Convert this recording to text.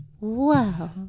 Wow